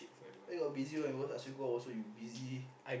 where got busy one he always ask you go out also you busy